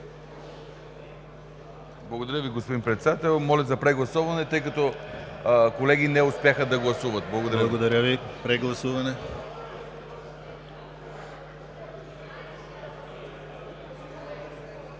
Благодаря. Господин Председател, моля за прегласуване, тъй като колеги не успяха да гласуват. Благодаря Ви. (Шум